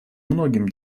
многим